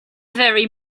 very